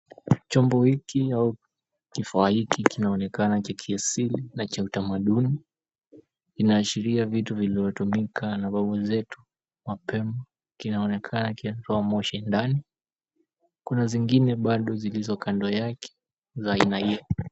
Chombo hiki au kifaa hiki kinaonekana cha kiasili na cha utamaduni, inaashiria vitu viliotumika na babu zetu mapema. Kinaonekana kikitoa moshi ndani, kuna zingine bado zilizo kando yake za aina hiyo.